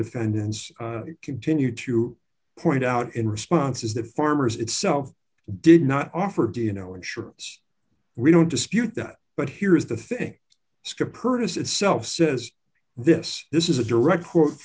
defendants continue to point out in response is that farmers itself did not offer do you know insurance we don't dispute that but here is the thing as copernicus itself says this this is a direct quote